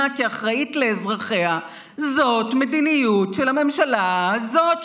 כאחראית לאזרחיה זאת מדיניות של הממשלה הזאת,